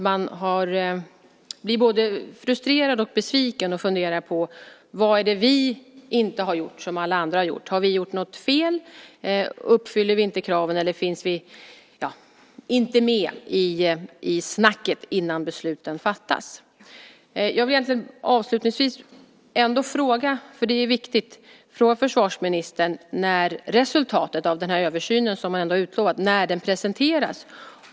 Man blir både frustrerad och besviken och funderar över vad det är man inte har gjort som alla andra har gjort. Har vi gjort något fel? Uppfyller vi inte kraven eller finns vi inte med i snacket innan besluten fattas? Jag vill avslutningsvis fråga försvarsministern när resultatet av den översyn som är utlovad ska presenteras.